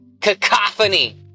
Cacophony